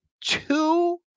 two